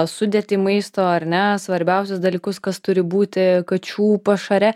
sudėtį maisto ar ne svarbiausius dalykus kas turi būti kačių pašare